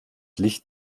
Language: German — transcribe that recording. licht